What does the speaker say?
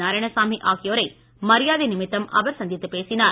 நாராயணசாமி ஆகியோரை மரியாதை நிமித்தம் அவர் சந்தித்துப் பேசினார்